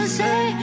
say